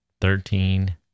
thirteen